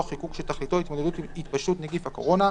חיקוק שתכליתו התמודדות עם התפשטות נגיף הקורונה,